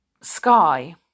sky